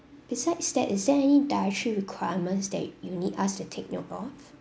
besides that is there any dietary requirements they you need us to take note of